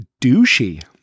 douchey